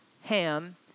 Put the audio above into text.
Ham